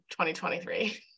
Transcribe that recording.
2023